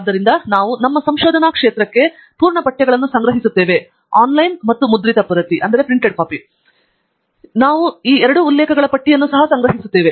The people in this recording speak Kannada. ಆದ್ದರಿಂದ ನಾವು ನಮ್ಮ ಸಂಶೋಧನಾ ಪ್ರದೇಶಕ್ಕೆ ಪೂರ್ಣ ಪಠ್ಯಗಳನ್ನು ಸಂಗ್ರಹಿಸುತ್ತೇವೆ ಆನ್ಲೈನ್ ಮತ್ತು ಮುದ್ರಿತ ಪ್ರತಿ ಎರಡೂ ಮತ್ತು ನಾವು ಉಲ್ಲೇಖಗಳ ಪಟ್ಟಿಯನ್ನು ಸಹ ಸಂಗ್ರಹಿಸುತ್ತೇವೆ